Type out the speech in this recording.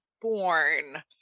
born